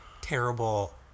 terrible